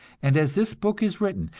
and as this book is written,